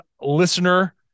listener